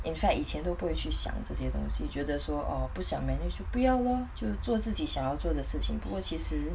in fact 以前都不会去想这些东西觉得说 orh 不想 managed to 不要 lor 就做自己想做的事情不会其实